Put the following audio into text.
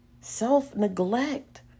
self-neglect